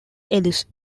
ellis